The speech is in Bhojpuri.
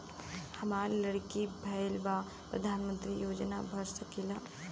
हमार लड़की भईल बा प्रधानमंत्री योजना भर सकीला?